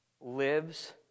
lives